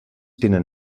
tenen